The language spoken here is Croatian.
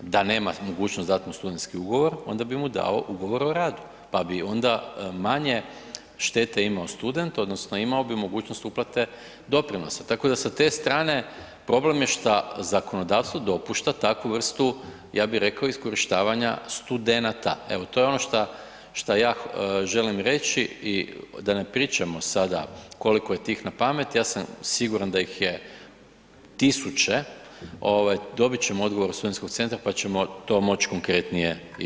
da nema mogućnost dat mu studentski ugovor onda bi mu dao Ugovor o radu, pa bi onda manje štete imao student odnosno imao bi mogućnost uplate doprinosa, tako da sa te strane, problem je šta zakonodavstvo dopušta takvu vrstu, ja bi reko, iskorištavanja studenata, evo to je ono šta, šta ja želim reći i da ne pričamo sada koliko je tih napamet, ja sam siguran da ih je tisuće, ovaj dobit ćemo odgovor od studentskog centra, pa ćemo to moć konkretnije i vidjeti [[Upadica: Hvala]] Hvala lijepo.